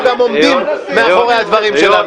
אנחנו גם עומדים מאחורי הדברים שלנו,